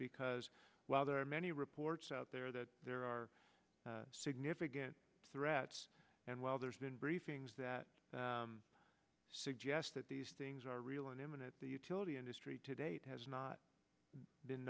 because there are many reports out there that there are significant threats and while there's been briefings that suggest that these things are real and imminent the utility industry to date has not been